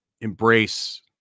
embrace